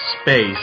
space